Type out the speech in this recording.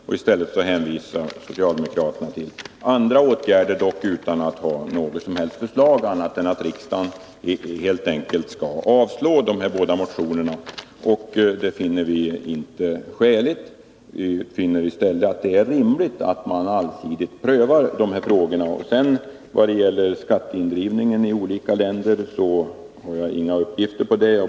Socialdemokraterna hänvisar i stället till andra åtgärder, dock utan att ha något annat förslag än att riksdagen helt enkelt skall avslå de båda motionerna. Detta finner vi inte skäligt, utan vi finner att det är rimligt att man allsidigt prövar dessa frågor. Vad gäller skatteindrivningen i olika länder har jag inga uppgifter om det.